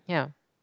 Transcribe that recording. yeah